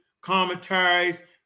commentaries